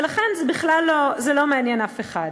זה מין אגף כזה,